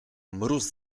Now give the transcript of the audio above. mróz